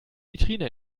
vitrine